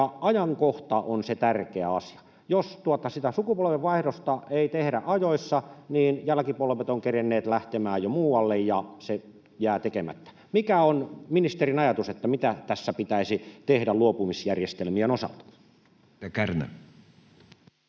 ajankohta on se tärkeä asia. Jos sitä sukupolvenvaihdosta ei tehdä ajoissa, jälkipolvet ovat kerenneet lähtemään jo muualle, ja se jää tekemättä. Mikä on ministerin ajatus, mitä tässä pitäisi tehdä luopumisjärjestelmien osalta?